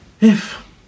If